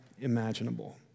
imaginable